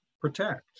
protect